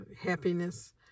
happiness